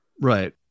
Right